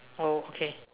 oh okay